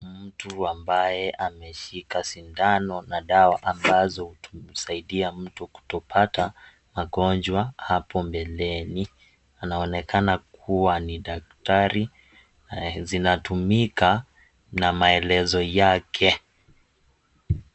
Mtu ambaye ameshika sindano na dawa ambazo hutumika kumsaidia mtu kutopata magonjwa hapo mbeleni anaonekana kuwa ni daktari, zinatumika na maelezo yake.